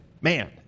man